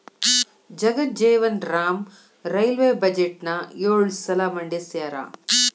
Jagjivan Ram railway ಬಜೆಟ್ನ ಯೊಳ ಸಲ ಮಂಡಿಸ್ಯಾರ